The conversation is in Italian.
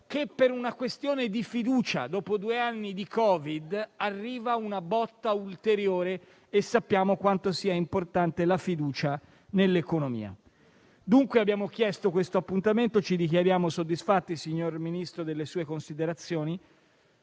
che per una questione di fiducia. Dopo due anni di Covid, arriva una botta ulteriore; e sappiamo quanto sia importante la fiducia nell'economia. Dunque, abbiamo chiesto questo appuntamento e ci dichiariamo soddisfatti, signor Ministro, delle sue considerazioni.